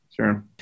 Sure